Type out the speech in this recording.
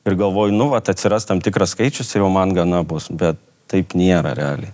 ir galvoju nu vat atsiras tam tikras skaičius ir jau man gana bus bet taip nėra realiai